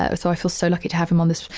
ah so i feel so lucky to have him on this,